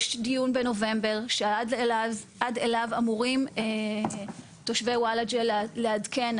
יש דיון בנובמבר שעד אליו אמורים תושבי וולאג'ה לעדכן,